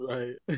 Right